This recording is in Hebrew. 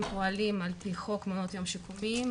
פועלים על פי חוק "מעונות יום שיקומיים",